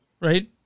Right